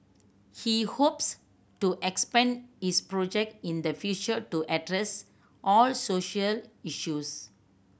he hopes to expand his project in the future to address all social issues